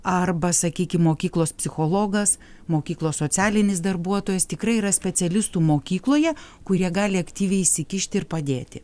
arba sakykim mokyklos psichologas mokyklos socialinis darbuotojas tikrai yra specialistų mokykloje kurie gali aktyviai įsikišti ir padėti